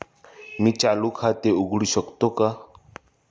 मी चालू खाते उघडू शकतो का?